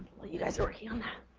while you guys are working on that.